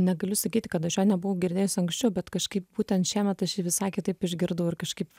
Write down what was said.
negaliu sakyti kad aš jo nebuvau girdėjus anksčiau bet kažkaip būtent šiemet aš jį visai kitaip išgirdau ir kažkaip